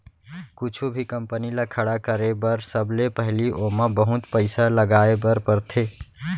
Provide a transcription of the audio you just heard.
कुछु भी कंपनी ल खड़ा करे बर सबले पहिली ओमा बहुत पइसा लगाए बर परथे